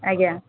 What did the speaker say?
ଆଜ୍ଞା